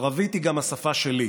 ערבית היא גם השפה שלי,